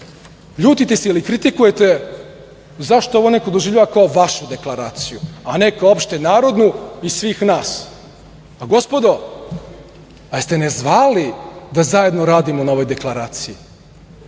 ljutite se ili kritikujete zašto ovo neko doživljava kao vašu deklaraciju, a ne kao opštenarodnu i svih nas. Gospodo, pa jeste nas zvali da zajedno radimo na ovoj deklaraciji?